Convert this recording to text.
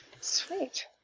Sweet